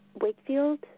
Wakefield